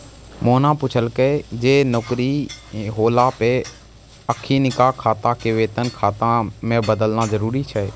मोना पुछलकै जे नौकरी होला पे अखिनका खाता के वेतन खाता मे बदलना जरुरी छै?